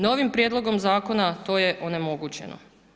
Novim prijedlogom zakona to je onemogućeno.